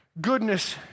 goodness